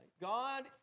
God